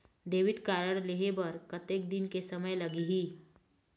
Debit card लेहे बर कतेक दिन के समय लगही?